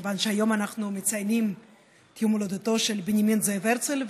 כיוון שהיום אנחנו מציינים את יום הולדתו של בנימין זאב הרצל,